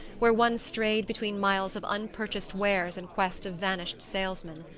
where one strayed between miles of unpurchased wares in quest of vanished salesmen.